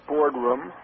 Boardroom